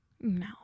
no